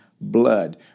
blood